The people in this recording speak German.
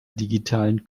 digitalen